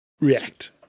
react